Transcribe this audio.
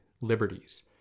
liberties